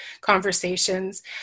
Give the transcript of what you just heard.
conversations